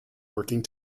working